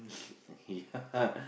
yeah